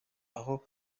aho